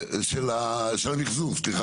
של המחזור, סליחה.